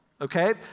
okay